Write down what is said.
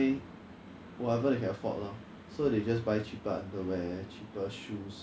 I feel like it's less worth lor because we walk less than ten minutes we can already reach the gym no matter where you are